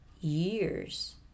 years